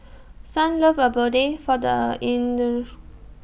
Sunlove Abode For The inner